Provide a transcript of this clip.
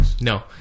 No